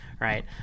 right